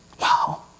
Wow